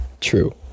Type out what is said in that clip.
True